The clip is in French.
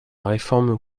réforme